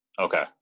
Okay